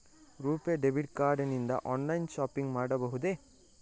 RuPay debit card ನಿಂದ online shopping ಮಾಡಬಹುದೇ?